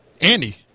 Andy